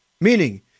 meaning